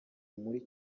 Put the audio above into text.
muri